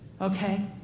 Okay